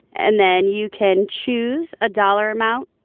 and then you can choose a dollar amount.